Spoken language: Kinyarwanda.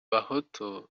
bahutu